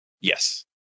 yes